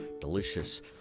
Delicious